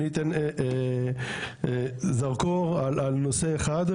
אני אתן זרקור על נושא אחד,